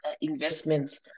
investments